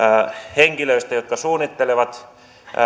henkilöistä jotka suunnittelevat